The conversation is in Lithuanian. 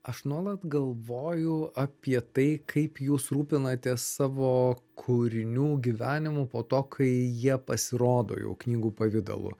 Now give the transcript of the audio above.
aš nuolat galvoju apie tai kaip jūs rūpinatės savo kūrinių gyvenimu po to kai jie pasirodo jau knygų pavidalu